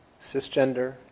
cisgender